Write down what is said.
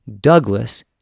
Douglas